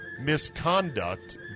misconduct